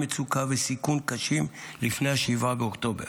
מצוקה וסיכון קשים לפני 7 באוקטובר,